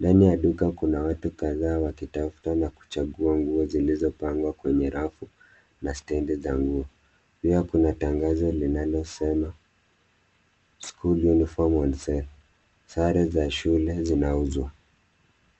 Ndani ya duka kuna watu kadhaa wakitafuta na kuchagua nguo zilizopangwa kwenye rafu na stendi za nguo. Pia kuna tangazo linalosema school uniform on sale , sare za shule zinauzwa.